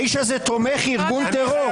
האיש הזה תומך ארגון טרור.